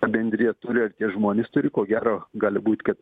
ar bendrija turi ar tie žmonės turi ko gero gali būt kad